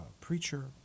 preacher